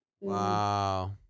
wow